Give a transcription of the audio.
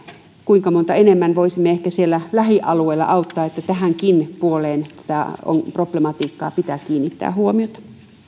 kuinka monta enemmän voisimme samalla euromäärällä ehkä siellä lähialueilla auttaa eli tähänkin puoleen tätä problematiikkaa pitää kiinnittää huomiota